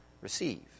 receive